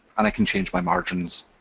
and i can change my margins,